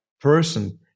person